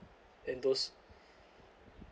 and those